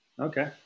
Okay